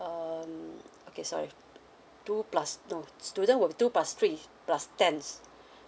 um okay sorry two plus no student will be two plus three plus ten